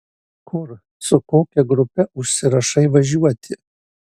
kur su kokia grupe užsirašai važiuoti